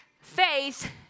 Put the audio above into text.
faith